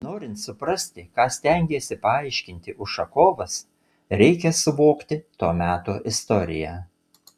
norint suprasti ką stengėsi paaiškinti ušakovas reikia suvokti to meto istoriją